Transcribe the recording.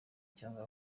cyangwa